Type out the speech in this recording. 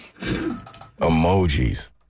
Emojis